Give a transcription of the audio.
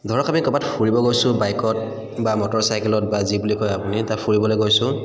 ধৰক আমি ক'ৰবাত ফুৰিব গৈছোঁ বাইকত বা মটৰচাইকেলত বা যি বুলি কয় আপুনি তাত ফুৰিবলৈ গৈছোঁ